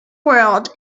world